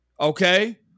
Okay